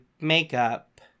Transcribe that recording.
makeup